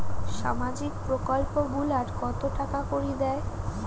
সামাজিক প্রকল্প গুলাট কত টাকা করি দেয়?